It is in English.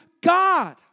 God